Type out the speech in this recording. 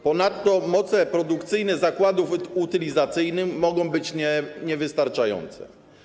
Ponadto moce produkcyjne zakładów utylizacyjnych mogą być niewystarczające.